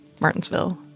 Martinsville